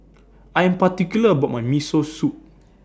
I Am particular about My Miso Soup